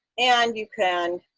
and you can